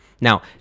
Now